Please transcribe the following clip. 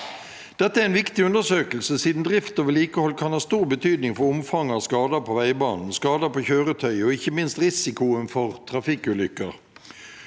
Dette er en viktig undersøkelse siden drift og vedlikehold kan ha stor betydning for omfanget av skader på veibanen, skader på kjøretøy og ikke minst risiko for trafikkulykker.